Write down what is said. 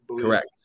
Correct